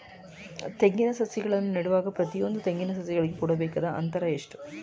ತೆಂಗಿನ ಸಸಿಗಳನ್ನು ನೆಡುವಾಗ ಪ್ರತಿಯೊಂದು ತೆಂಗಿನ ಸಸಿಗಳಿಗೆ ಕೊಡಬೇಕಾದ ಅಂತರ ಎಷ್ಟು?